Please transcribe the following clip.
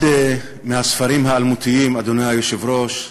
, אחד מהספרים האלמותיים, אדוני היושב-ראש,